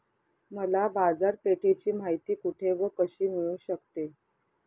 मला बाजारपेठेची माहिती कुठे व कशी मिळू शकते?